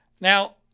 Now